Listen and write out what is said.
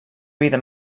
vida